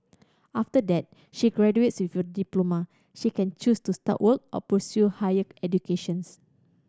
after that she graduates with a diploma she can choose to start work or pursue higher educations